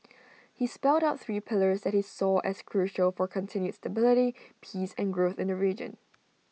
he spelt out three pillars that he saw as crucial for continued stability peace and growth in the region